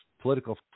political